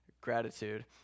gratitude